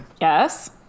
Yes